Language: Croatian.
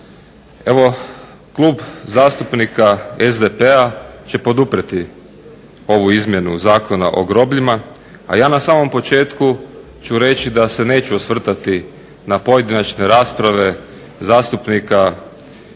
Evo klub zastupnika SDP-a će poduprijeti ovu izmjenu Zakona o grobljima, a ja na samom početku ću reći da se neću osvrtati na pojedinačne rasprave zastupnika iz